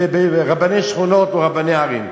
רבני שכונות או רבני ערים?